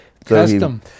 Custom